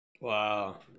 Wow